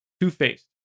two-faced